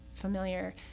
familiar